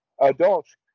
adults